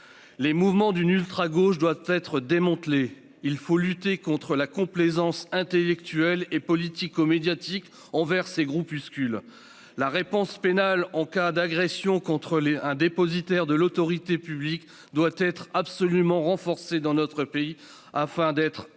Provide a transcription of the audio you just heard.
Les mouvements d'ultragauche doivent être démantelés. Il faut lutter contre la complaisance intellectuelle et politico-médiatique envers ces groupuscules. La réponse pénale en cas d'agression contre un dépositaire de l'autorité publique doit absolument être renforcée dans notre pays, afin d'être